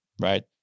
right